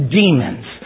demons